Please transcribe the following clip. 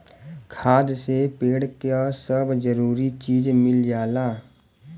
खाद से पेड़ क सब जरूरी चीज मिल जाला